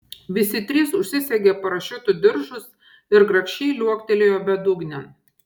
visi trys užsisegė parašiutų diržus ir grakščiai liuoktelėjo bedugnėn